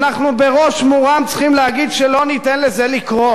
אנחנו בראש מורם צריכים להגיד שלא ניתן לזה לקרות.